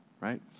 right